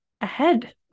ahead